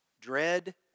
Dread